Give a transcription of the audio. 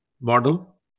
model